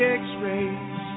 x-rays